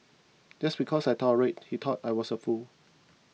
just because I tolerated he thought I was a fool